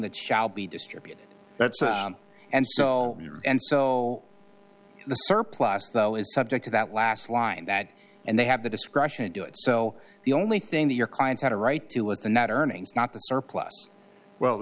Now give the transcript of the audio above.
that shall be distributed that's and so and so the surplus though is subject to that last line that and they have the discretion to do it so the only thing that your clients had a right to was the net earnings not the